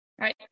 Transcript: right